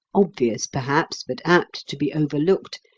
obvious perhaps, but apt to be overlooked,